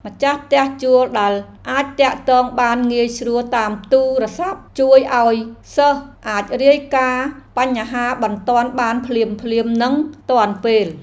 ម្ចាស់ផ្ទះជួលដែលអាចទាក់ទងបានងាយស្រួលតាមទូរស័ព្ទជួយឱ្យសិស្សអាចរាយការណ៍បញ្ហាបន្ទាន់បានភ្លាមៗនិងទាន់ពេល។